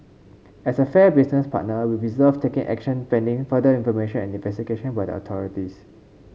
as a fair business partner we reserved taking action pending further information and investigation by the authorities